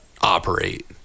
operate